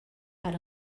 para